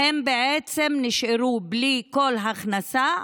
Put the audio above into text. בעצם נשארו בלי כל הכנסה.